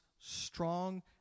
strong